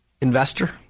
investor